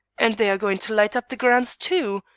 and they are going to light up the grounds too!